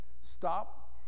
stop